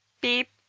beep.